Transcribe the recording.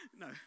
No